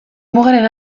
mugaren